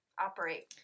operate